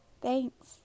Thanks